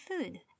food